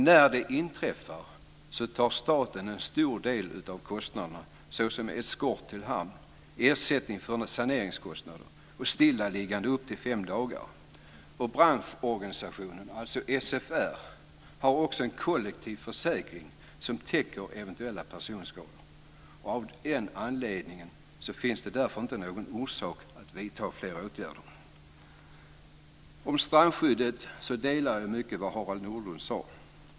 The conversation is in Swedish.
När det inträffar tar staten en stor del av kostnaderna, t.ex. när det gäller eskort till hamn, ersättning för saneringskostnader och stillaliggande upp till fem dagar. Branschorganisationen, SFR, har också en kollektiv försäkring som täcker eventuella personskador. Av den anledningen finns det ingen orsak att vidta fler åtgärder. När det gäller strandskyddet håller jag med om mycket av vad Harald Nordlund sade.